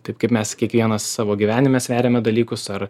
taip kaip mes kiekvienas savo gyvenime sveriame dalykus ar